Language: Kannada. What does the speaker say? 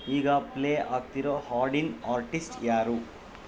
ಈಗ ಪ್ಲೇ ಆಗ್ತಿರೋ ಹಾಡಿನ ಆರ್ಟಿಸ್ಟ್ ಯಾರು